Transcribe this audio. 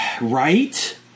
Right